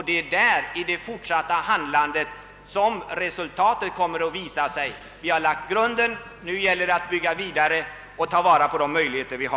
Det är också just det fortsatta handlandet som resultatet kommer att bero på. Vi har lagt grunden. Nu gäller det att bygga vidare och ta vara på möjligheterna.